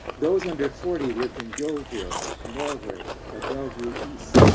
those under forty lived in yeoville, norwood, or bellevue east,